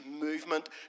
movement